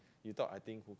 you thought I think